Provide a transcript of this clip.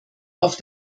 auf